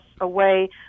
away